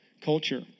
culture